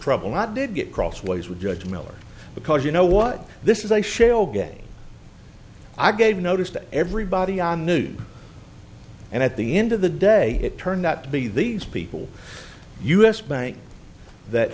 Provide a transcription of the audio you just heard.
trouble i did get crossways with judge miller because you know what this is a shell game i gave notice to everybody on news and at the end of the day it turned out to be these people u s bank that